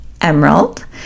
emerald